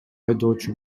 айдоочу